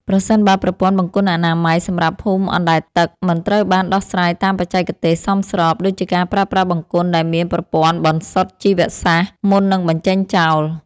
ប្រសិនបើប្រព័ន្ធបង្គន់អនាម័យសម្រាប់ភូមិអណ្តែតទឹកមិនត្រូវបានដោះស្រាយតាមបច្ចេកទេសសមស្រប ដូចជាការប្រើប្រាស់បង្គន់ដែលមានប្រព័ន្ធបន្សុទ្ធជីវសាស្ត្រមុននឹងបញ្ចេញចោល។